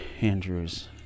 Andrew's